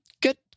Good